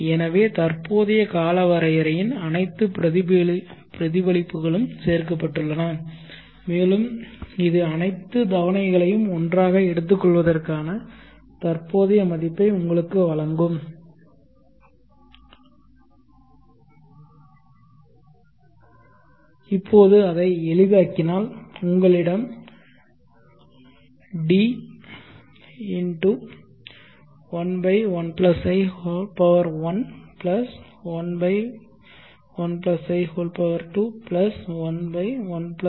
எனவே தற்போதைய காலவரையறையின் அனைத்து பிரதிபலிப்புகளும் சேர்க்கப்பட்டுள்ளன மேலும் இது அனைத்து தவணைகளையும் ஒன்றாக எடுத்துக்கொள்வதற்கான தற்போதைய மதிப்பை உங்களுக்கு வழங்கும் இப்போது அதை எளிதாக்கினால் உங்களிடம் D11i1 11i2 11i3